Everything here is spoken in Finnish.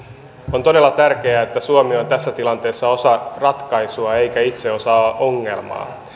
on todella tärkeää että suomi on tässä tilanteessa osa ratkaisua eikä itse osa ongelmaa